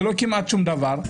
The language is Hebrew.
ללא כמעט שום דבר.